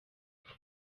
mbere